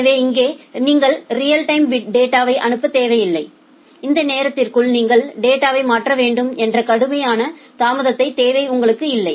எனவே இங்கே நீங்கள் ரியல் டைம் டேட்டாவை அனுப்பத் தேவையில்லை இந்த நேரத்திற்குள் நீங்கள் டேட்டாவை மாற்ற வேண்டும் என்ற கடுமையான தாமதத் தேவை உங்களுக்கு இல்லை